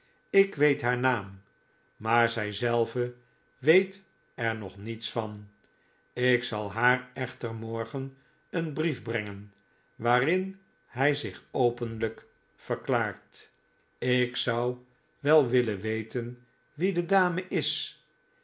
ik weet haar naam maar zij zelve weet er nog niets van ikzal haar echter morgen een brief brengen waarin hij zich openlijk verklaart ik zou wel willen weten wie de dame is